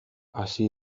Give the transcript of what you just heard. hasi